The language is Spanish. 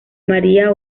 maría